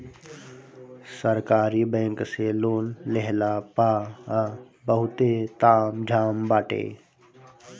सरकारी बैंक से लोन लेहला पअ बहुते ताम झाम बाटे